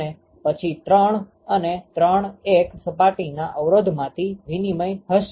અને પછી 3 અને 31 સપાટીના અવરોધમાંથી વિનિમય હશે